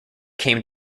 came